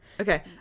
Okay